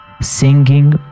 Singing